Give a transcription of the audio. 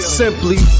simply